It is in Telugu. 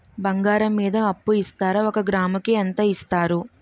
బంగారం మీద అప్పు ఇస్తారా? ఒక గ్రాము కి ఎంత ఇస్తారు?